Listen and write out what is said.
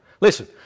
Listen